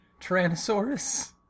Tyrannosaurus